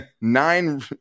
Nine